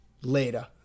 later